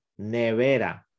nevera